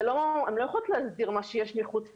הן לא יכולות להסדיר מה שיש מחוץ לקו.